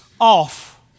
off